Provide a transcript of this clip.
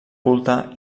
culte